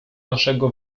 naszego